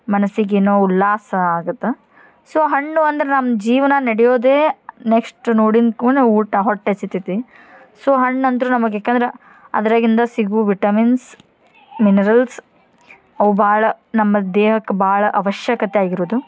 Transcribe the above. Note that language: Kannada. ಮನಸಿಗೆ ಏನೋ ಉಲ್ಲಾಸ ಆಗತ್ತೆ ಸೊ ಹಣ್ಣು ಅಂದ್ರೆ ನಮ್ಮ ಜೀವನ ನಡೆಯೋದೆ ನೆಕ್ಶ್ಟ್ ನೋಡಿಂದ ಕೂಣ ಊಟ ಹೊಟ್ಟೆ ಹಸಿತೈತಿ ಸೊ ಹಣ್ಣಂದ್ರೆ ನಮಗೆ ಏಕಂದ್ರೆ ಅದರಾಗಿಂದ ಸಿಗುವ ವಿಟಮಿನ್ಸ್ ಮಿನರಲ್ಸ್ ಅವು ಭಾಳ ನಮ್ಮ ದೇಹಕ್ಕೆ ಭಾಳ ಆವಶ್ಯಕತೆ ಆಗಿರುವುದು